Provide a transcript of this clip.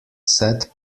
said